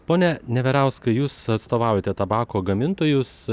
pone neverauskai jūs atstovaujate tabako gamintojus